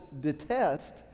detest